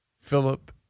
philip